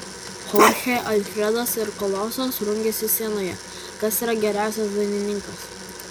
chorchė alfredas ir kolosas rungiasi scenoje kas yra geriausias dainininkas